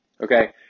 Okay